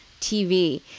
TV